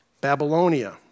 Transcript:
Babylonia